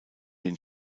den